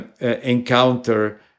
encounter